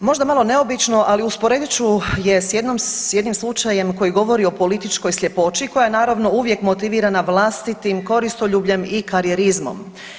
Možda malo neobično, ali usporedit ću je s jednim slučajem koji govori o političkoj sljepoći koja je, naravno, uvijek motivirana vlastitim koristoljubljem i karijerizmom.